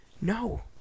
No